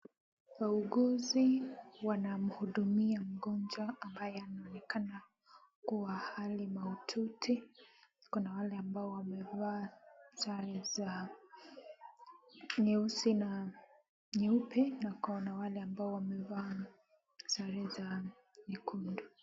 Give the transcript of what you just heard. Wauguzi wanamuhudumia mgonjwa ambaye anaonekana kuwa hali mahututi. Kuna wale ambao wamevaa sare za nyeusi na nyeupe, na kuna wale ambao wamevaa sare za nyekundu.